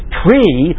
tree